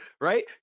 right